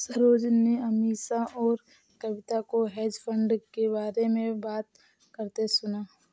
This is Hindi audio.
सरोज ने अमीषा और कविता को हेज फंड के बारे में बात करते सुना